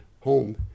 home